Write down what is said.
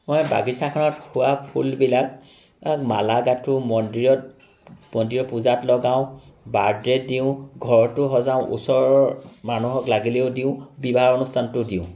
মই বাগিচাখনত হোৱা ফুলবিলাক মালা গাথোঁ মন্দিৰত মন্দিৰত পূজাত লগাওঁ বাৰ্থডে'ত দিওঁ ঘৰতো সজাওঁ ওচৰৰ মানুহক লাগিলেও দিওঁ বিবাহ অনুষ্ঠানতো দিওঁ